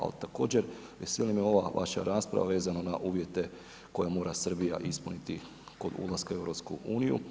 Ali također veseli me ova vaša rasprava vezano na uvjete koje mora Srbija ispuniti kod ulaska u EU.